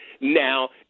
Now